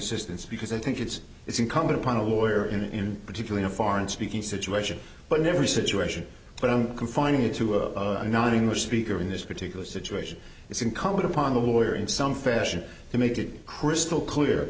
assistance because i think it's it's incumbent upon a lawyer in particular in a foreign speaking situation but never situation but i'm confining it to a non english speaker in this particular situation it's incumbent upon the lawyer in some fashion to make it crystal clear